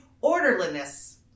orderliness